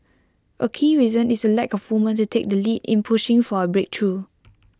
A key reason is the lack of women to take the lead in pushing for A breakthrough